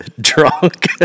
Drunk